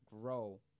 grow